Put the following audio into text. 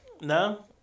No